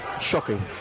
shocking